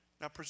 Now